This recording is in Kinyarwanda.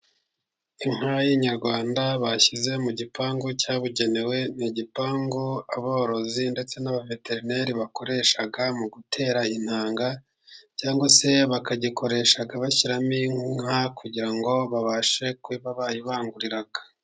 Inka y'inyarwanda bashyize mu gipangu cyabugenewe, ni igipangu aborozi ndetse n'abaveterineri bakoresha mu gutera intanga, cyangwa se bakagikoresha bashyiramo inka kugira ngo babashe kuba bayibangurira.